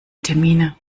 termine